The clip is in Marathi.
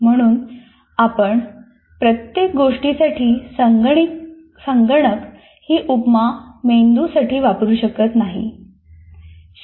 म्हणून आपण प्रत्येक गोष्टीसाठी संगणक ही उपमा मेंदूसाठी वापरू शकत नाही